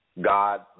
God